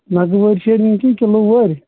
وزن وٲے چھِی نِنۍ کِنہٕ کِلوٗ وٲے